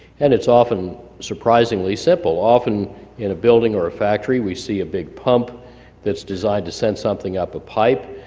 and it's often surprisingly simple. often in a building or a factory we see a big pump that's designed to send something up a pipe.